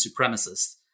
supremacists